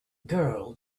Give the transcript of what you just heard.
girl